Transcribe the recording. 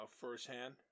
firsthand